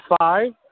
five